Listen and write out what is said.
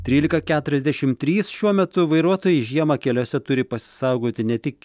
trylika keturiasdešimt trys šiuo metu vairuotojai žiemą keliuose turi pasisaugoti ne tik